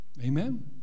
Amen